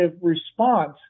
response